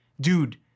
dude